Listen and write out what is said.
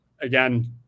again